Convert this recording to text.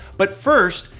but first,